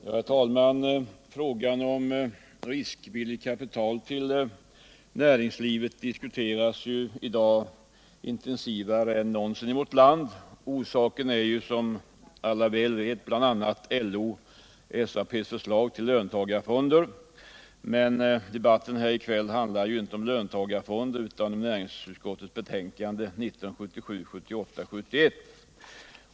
Herr talman! Frågan om riskvilligt kapital till näringslivet diskuteras i dag intensivare än någonsin tidigare i vårt land. Orsaken är som alla vet bl.a. LO:s och SAP:s förslag till löntagarfonder. Men debatten här i kväll handlar ju inte om löntagarfonder utan om näringsutskottets betänkande 1977/78:71.